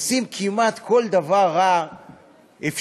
ועושים כמעט כל דבר רע אפשרי,